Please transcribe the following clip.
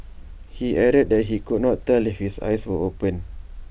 he added that he could not tell if his eyes were open